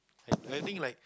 the thing like